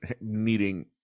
needing